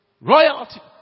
Royalty